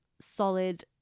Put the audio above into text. solid